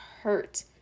hurt